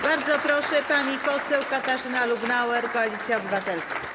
Bardzo proszę, pani poseł Katarzyna Lubnauer, Koalicja Obywatelska.